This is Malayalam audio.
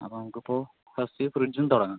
അപ്പോൾ നമുക്ക് ഇപ്പോൾ ഫസ്റ്റ് ഫ്രിഡ്ജിൽ നിന്ന് തുടങ്ങാം